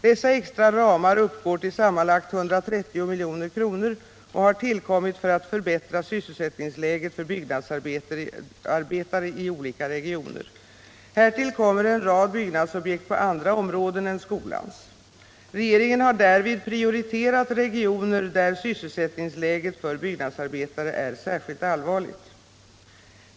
Dessa extra ramar uppgår till sammanlagt 130 milj.kr. och har tillkommit för att förbättra sysselsättningsläget för byggnadsarbetare i olika regioner. Härtill kommer en rad byggnadsobjekt på andra områden än skolans. Regeringen har därvid prioriterat regioner där sysselsättningsläget för byggnadsarbetare är särskilt allvarligt.